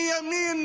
מימין,